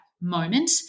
moment